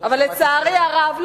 אבל לצערי הרב,